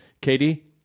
Katie